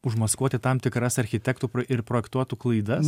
užmaskuoti tam tikras architektų pra ir projektuotojų klaidas